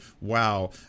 Wow